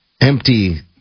empty